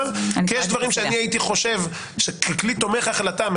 כי יש דברים שאני הייתי חושב שככלי תומך החלטה,